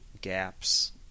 gaps